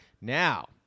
now